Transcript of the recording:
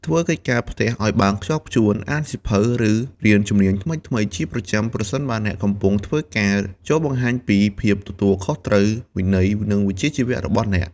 ធ្វើកិច្ចការផ្ទះឱ្យបានខ្ជាប់ខ្ជួន អានសៀវភៅ ឬរៀនជំនាញថ្មីៗជាប្រចាំប្រសិនបើអ្នកកំពុងធ្វើការ ចូរបង្ហាញពី ភាពទទួលខុសត្រូវ វិន័យ និងវិជ្ជាជីវៈ របស់អ្នក ។